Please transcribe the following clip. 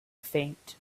faint